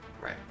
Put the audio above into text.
Right